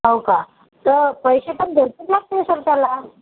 हो का त पैसे प भरपूर लागते सर त्याला